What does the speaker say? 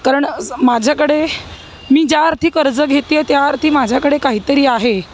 कारण माझ्याकडे मी ज्याअर्थी कर्ज घेते आहे त्याअर्थी माझ्याकडे काहीतरी आहे